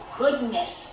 goodness